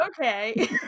okay